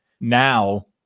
now